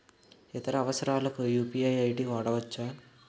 ఇతర అవసరాలకు UPI ID వాడవచ్చా?